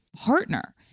partner